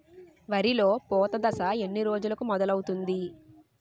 వరిలో పూత దశ ఎన్ని రోజులకు మొదలవుతుంది?